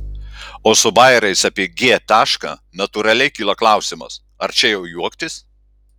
o su bajeriais apie g tašką natūraliai kyla klausimas ar čia jau juoktis